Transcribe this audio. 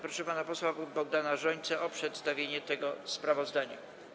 Proszę pana posła Bogdana Rzońcę o przedstawienie tego sprawozdania.